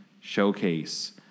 Showcase